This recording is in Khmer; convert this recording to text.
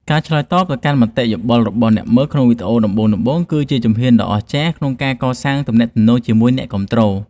ការឆ្លើយតបទៅកាន់មតិយោបល់របស់អ្នកមើលក្នុងវីដេអូដំបូងៗ គឺជាជំហានដ៏អស្ចារ្យក្នុងការកសាងទំនាក់ទំនងជាមួយអ្នកគាំទ្រ។